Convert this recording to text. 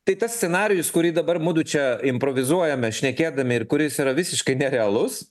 tai tas scenarijus kurį dabar mudu čia improvizuojame šnekėdami ir kuris yra visiškai nerealus